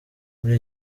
muri